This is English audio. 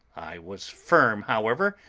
i was firm, however,